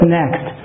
next